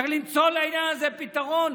צריך למצוא לעניין הזה פתרון,